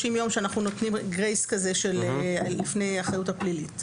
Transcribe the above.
ימים שאנחנו נותנים גרייס לפני האחריות הפלילית.